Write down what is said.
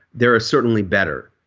there are certainly better.